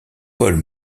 paul